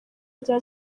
rya